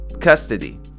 custody